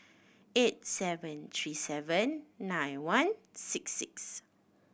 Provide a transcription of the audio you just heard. eight seven three seven nine one six six